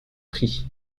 prix